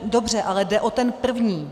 Dobře, ale jde o ten první.